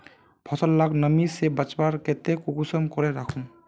फसल लाक नमी से बचवार केते कुंसम करे राखुम?